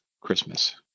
Christmas